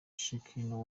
shekinah